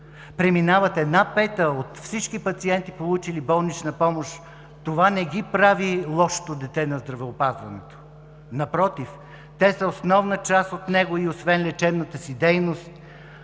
преминават една пета от всички пациенти, получили болнична помощ, това не ги прави „лошото дете“ на здравеопазването, напротив, те са основна част от него и освен лечебната си дейност